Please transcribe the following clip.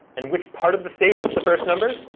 and which part of the state is the first number?